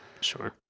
Sure